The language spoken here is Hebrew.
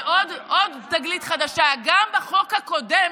עוד תגלית חדשה: גם בחוק הקודם,